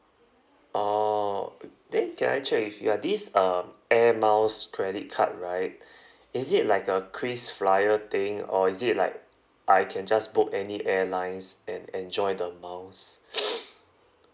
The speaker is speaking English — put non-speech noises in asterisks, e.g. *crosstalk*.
orh then can I check with you ah this um air miles credit card right *breath* is it like a krisflyer thing or is it like I can just book any airlines and enjoy the miles *noise*